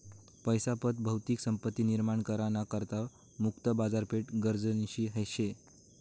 पैसा पत भौतिक संपत्ती निर्माण करा ना करता मुक्त बाजारपेठ गरजनी शे